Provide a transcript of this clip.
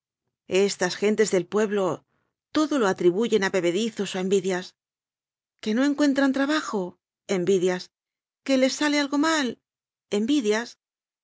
estas gentes del pueblo todo lo atribuyen a bebedizos o a envidias que no encuentran trabajo envidias que les sale algo mal envidias